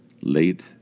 Late